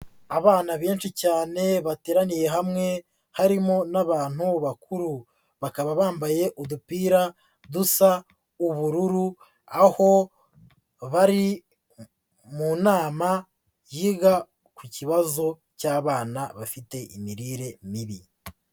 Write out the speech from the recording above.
Abana benshi cyane bateraniye hamwe harimo n'abantu bakuru, bakaba bambaye udupira dusa ubururu aho bari mu nama yiga ku kibazo cy'abana bafite imirire mibi.